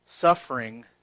Suffering